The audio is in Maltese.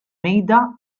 mejda